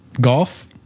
golf